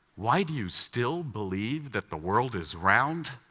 why do you still believe that the world is round?